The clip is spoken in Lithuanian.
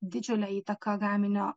didžiulę įtaką gaminio